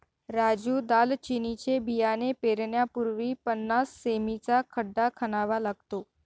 राजू दालचिनीचे बियाणे पेरण्यापूर्वी पन्नास सें.मी चा खड्डा खणावा लागतो